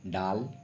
ডাল